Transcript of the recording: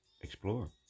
explore